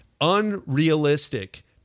Unrealistic